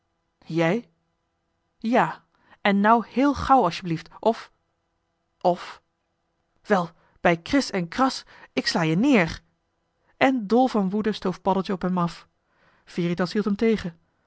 jij ja en nou heel gauw asjeblieft of of wel bij kris en kras ik sla je neer en dol van woede stoof paddeltje op hem af veritas hield hem tegen